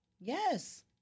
Yes